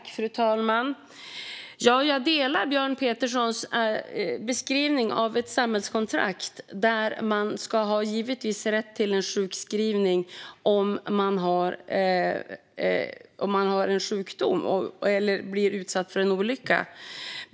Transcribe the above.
Fru talman! Jag håller med om Björn Peterssons beskrivning av ett samhällskontrakt där man givetvis ska ha rätt till sjukskrivning om man har en sjukdom eller råkar ut för en olycka.